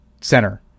center